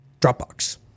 Dropbox